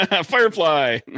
firefly